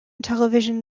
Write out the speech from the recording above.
television